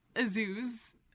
zoos